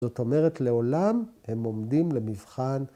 ‫זאת אומרת, לעולם הם עומדים ‫למבחן...